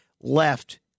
left –